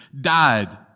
died